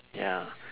ya